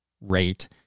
rate